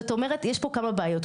זאת אומרת יש כאן כמה בעיות,